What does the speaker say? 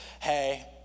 hey